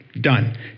Done